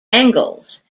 angles